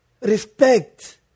respect